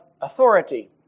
authority